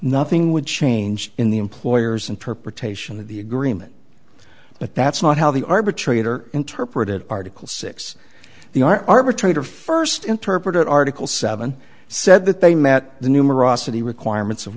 nothing would change in the employer's interpretation of the agreement but that's not how the arbitrator interpreted article six the r arbitrator first interpreted article seven said that they met the numerosity requirements of